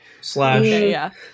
slash